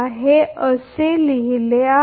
हे असे लिहिले आहे